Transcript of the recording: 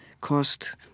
cost